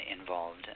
involved